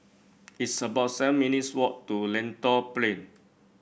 it's about seven minutes walk to Lentor Plain